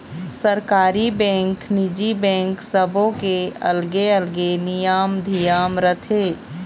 सरकारी बेंक, निजी बेंक सबो के अलगे अलगे नियम धियम रथे